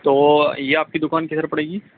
تو یہ آپ کی دوکان کدھر پڑے گی